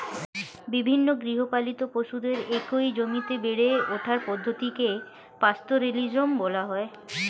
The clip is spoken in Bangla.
বিভিন্ন গৃহপালিত পশুদের একই জমিতে বেড়ে ওঠার পদ্ধতিকে পাস্তোরেলিজম বলা হয়